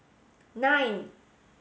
nine